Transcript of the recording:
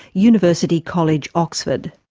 university college, oxford.